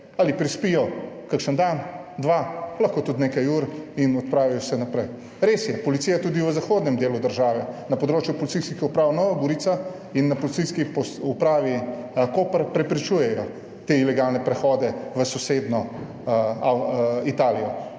Ali prespijo kakšen dan, dva, lahko tudi nekaj ur in odpravijo se naprej. Res je, policija tudi v zahodnem delu države na področju policijskih uprav Nova Gorica in na Policijski upravi Koper preprečujejo te ilegalne prehode v sosednjo Italijo.